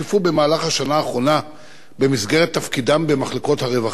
במהלך השנה האחרונה במסגרת תפקידם במחלקות הרווחה.